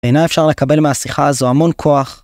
אינה אפשר לקבל מהשיחה הזו המון כוח.